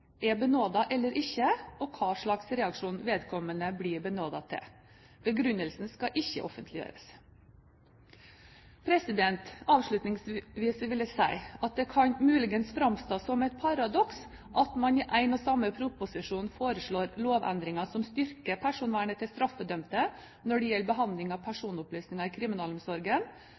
er benådet eller ikke, og hvilken reaksjon vedkommende blir benådet til. Begrunnelsen skal ikke offentliggjøres. Avslutningsvis vil jeg si at det muligens kan framstå som et paradoks at man i en og samme proposisjon foreslår lovendringer som styrker personvernet til straffedømte når det gjelder behandling av personopplysninger i kriminalomsorgen,